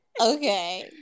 Okay